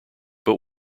but